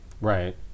Right